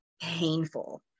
painful